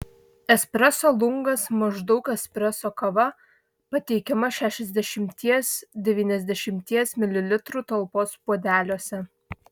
espreso lungas maždaug espreso kava pateikiama šešiasdešimties devyniasdešimties mililitrų talpos puodeliuose